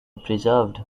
preserved